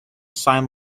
sign